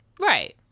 Right